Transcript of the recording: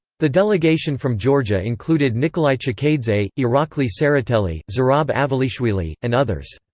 the delegation from georgia included nikolay chkheidze, irakli tsereteli, zurab avalishvili, and others.